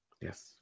Yes